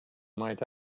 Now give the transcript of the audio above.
might